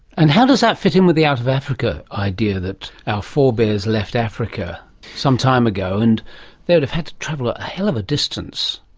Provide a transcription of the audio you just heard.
and how does that fit in with the out of africa idea, that our forebears left africa some time ago and they would have had to travel a hell of a distance.